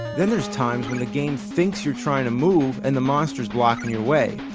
then there's times when the game thinks you're trying to move and the monster's blocking your way.